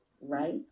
right